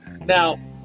Now